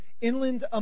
Inland